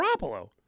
Garoppolo